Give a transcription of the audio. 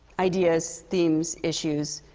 ideas, themes, issues,